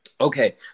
Okay